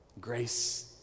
Grace